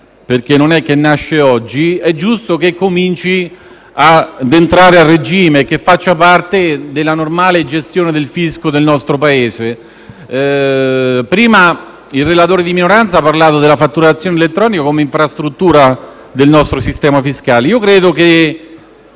perché non nasce oggi, cominci ad entrare a regime e faccia parte della normale gestione del fisco del nostro Paese. Prima il relatore di minoranza ha parlato della fatturazione elettronica come infrastruttura del nostro sistema fiscale. Io credo che